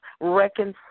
reconcile